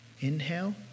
inhale